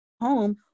home